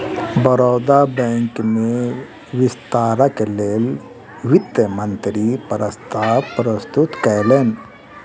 Baroda bank में विस्तारक लेल वित्त मंत्री प्रस्ताव प्रस्तुत कयलैन